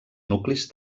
nuclis